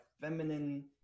feminine